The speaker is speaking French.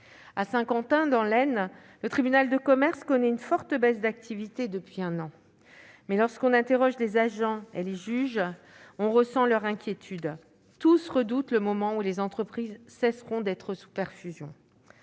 À Saint-Quentin, dans l'Aisne, le tribunal de commerce connaît une forte baisse d'activité depuis un an, mais, lorsque l'on interroge les agents et les juges, on ressent leur inquiétude : tous redoutent le moment où les entreprises cesseront d'être sous perfusion.